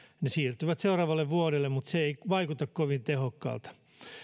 ne siirtyvät seuraavalle vuodelle mutta se ei vaikuta kovin tehokkaalta